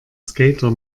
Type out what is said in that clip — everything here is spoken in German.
skater